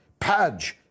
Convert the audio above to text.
Padge